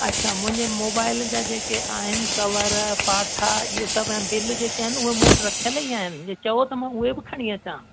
अच्छा मुंहिंजे मोबाइल जा जेके आहिनि कवर पाठा इअं सभु ऐं बिल जेके आहिनि उहा मूं वटि रखियल ई आहिनि जे चयो त मां उहे बि खणी अचां